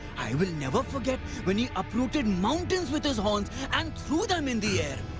i will never forget when he uprooted mountains with his horns and threw them in the air!